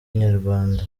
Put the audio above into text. inyarwanda